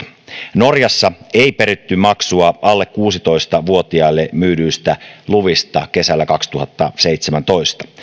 norjassa ei peritty maksua alle kuusitoista vuotiaille myydyistä luvista kesällä kaksituhattaseitsemäntoista